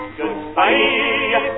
goodbye